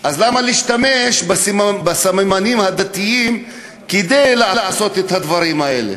אז למה להשתמש בסממנים הדתיים כדי לעשות את הדברים האלה?